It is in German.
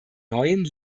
neuen